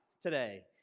today